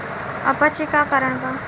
अपच के का कारण बा?